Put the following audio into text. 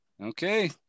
Okay